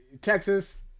Texas